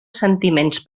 sentiments